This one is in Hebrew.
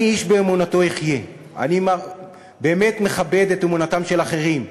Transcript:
אני "איש באמונתו יחיה"; אני באמת מכבד את אמונתם של אחרים.